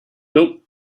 nope